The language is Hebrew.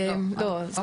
של